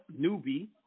newbie